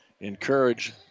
encourage